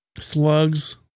slugs